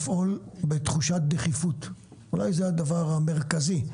לפעול בתחושת דחיפות אולי זה הדבר המרכזי.